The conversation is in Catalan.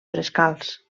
frescals